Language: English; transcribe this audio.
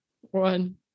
one